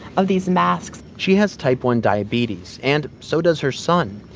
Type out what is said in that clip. of these masks she has type one diabetes, and so does her son.